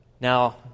Now